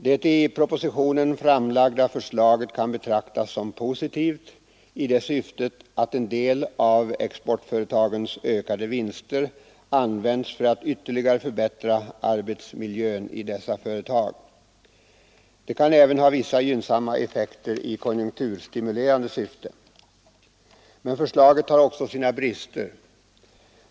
Det i propositionen framlagda förslaget kan betraktas som positivt i det syftet att en del av exportföretagens ökade vinster används för att ytterligare förbättra arbetsmiljön i dessa företag. Det kan även ha vissa 133 gynnsamma effekter i konjunkturstimulerande syfte. Men förslaget har också sina brister.